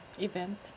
event